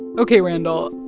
ok, randall,